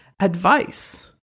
advice